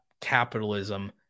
capitalism